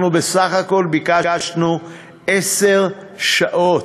אנחנו בסך הכול ביקשנו עשר שעות,